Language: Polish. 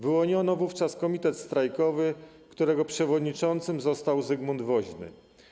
Wyłoniono wówczas komitet strajkowy, którego przewodniczącym został Zygmunt Woźny.